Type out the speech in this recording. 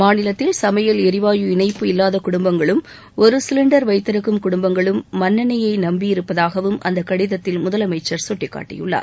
மாநிலத்தில் சனமயல் எரிவாயு இணைப்பு இல்லாத குடும்பங்களும் ஒரு சிலிண்டர் வைத்திருக்கும் குடும்பங்களும் மண்ணெயை நம்பியிருப்பதாகவும் அந்த கடிதத்தில் முதலமைச்சர் சுட்டிக்காட்டியுள்ளார்